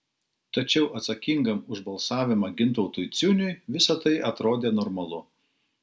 tačiau atsakingam už balsavimą gintautui ciuniui visa tai atrodė normalu